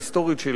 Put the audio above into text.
ההיסטורית,